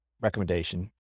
recommendation